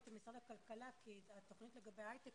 עם משרד הכלכלה כי התוכנית לגבי ההייטק,